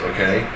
Okay